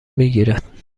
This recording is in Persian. میگیرد